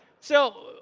so,